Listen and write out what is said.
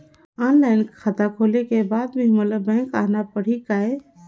Online खाता खोले के बाद भी मोला बैंक आना पड़ही काय?